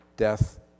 Death